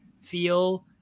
feel